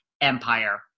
empire